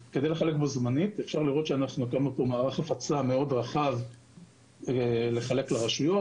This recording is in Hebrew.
אפשר לראות שהקמנו מערך הפצה מאוד רחב כדי לחלק לרשויות,